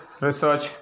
research